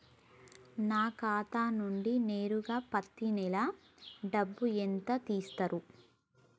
నా ఖాతా నుండి నేరుగా పత్తి నెల డబ్బు ఎంత తీసేశిర్రు?